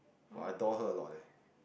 [wah] I taught her a lot leh